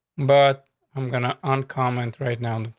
but i'm gonna uncommon right now.